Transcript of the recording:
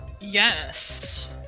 Yes